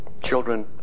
Children